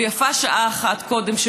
ויפה שעה אחת קודם,